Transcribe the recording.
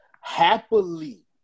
happily